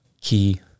key